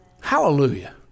Hallelujah